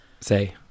say